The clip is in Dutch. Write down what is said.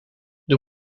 doe